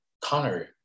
Connor